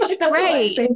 Right